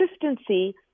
consistency